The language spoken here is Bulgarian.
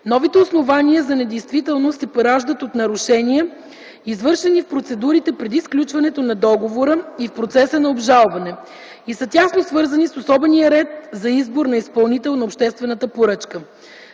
Новите основания за недействителност се пораждат от нарушения, извършени в процедурите преди сключването на договора и в процеса на обжалване, и са тясно свързани с особения ред за избор на изпълнител на обществената поръчка.